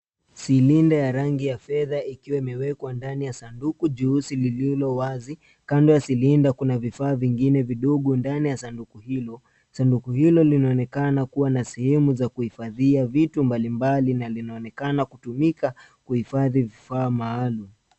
Silinda ya rangi ya fedha ikiwa imewekwa ndani ya sanduku juuzi lililo wazi. Kandi ya silinda kuna vifaa vingine vidogo ndani ya sanduku hilo. Sanduku hilo linaonekana kuwa na sehemu za kuhifadhia vitu mbalimbali na linaonekana kutumika kuhifadhi vifaa maalumu.